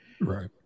Right